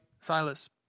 Silas